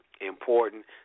important